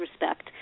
respect